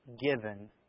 given